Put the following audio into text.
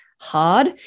Hard